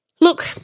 Look